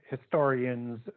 historians